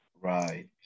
Right